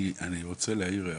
אני רוצה להעיר הערה,